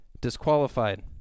disqualified